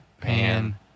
Pan